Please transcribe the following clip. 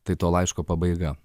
tai to laiško pabaiga